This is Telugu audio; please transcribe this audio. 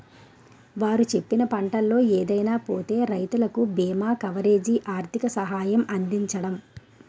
వారు చెప్పిన పంటల్లో ఏదైనా పోతే రైతులకు బీమా కవరేజీ, ఆర్థిక సహాయం అందించడం